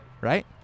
Right